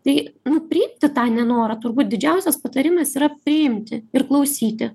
tai priimti tą nenorą turbūt didžiausias patarimas yra priimti ir klausyti